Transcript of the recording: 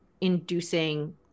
inducing